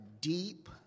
deep